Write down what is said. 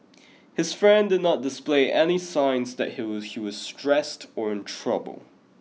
his friend did not display any signs that he was he was stressed or in trouble